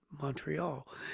Montreal